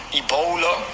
ebola